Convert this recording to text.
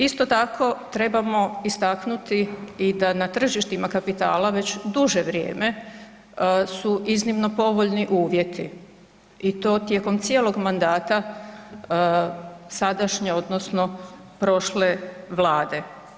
Isto tako trebamo istaknuti i da na tržištima kapitala već duže vrijeme su iznimno povoljni uvjeti i to tijekom cijelog mandata sadašnje odnosno prošle Vlade.